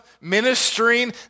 ministering